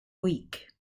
week